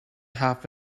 half